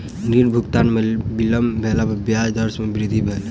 ऋण भुगतान में विलम्ब भेला पर ब्याज दर में वृद्धि भ गेल